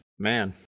man